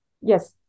Yes